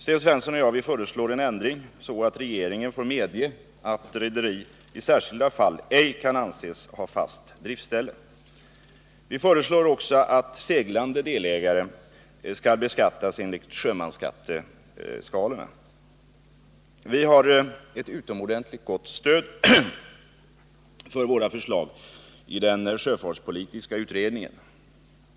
Sten Svensson och jag föreslår ändringar, så att regeringen får medge att rederi i särskilda fall ej kan anses ha fast driftställe. Vi föreslår också att seglande delägare skall beskattas enligt sjömansskatteskalorna. Vi har ett utomordentligt gott stöd för våra förslag i den sjöfartspolitiska utredningen.